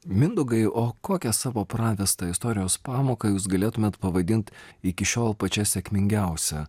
mindaugai o kokią savo pravestą istorijos pamoką jūs galėtumėt pavadint iki šiol pačia sėkmingiausia